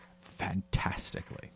fantastically